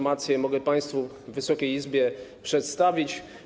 Mogę je państwu, Wysokiej Izbie, przedstawić.